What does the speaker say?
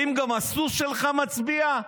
האם גם הסוס שלך מצביע?